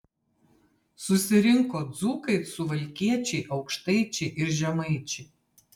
susirinko dzūkai suvalkiečiai aukštaičiai ir žemaičiai